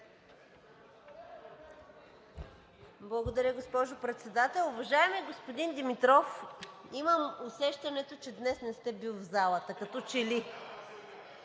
Благодаря, госпожо Председател. Уважаеми господин Димитров, имам усещането, че днес не сте бил в залата като че ли?